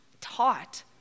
taught